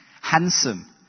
handsome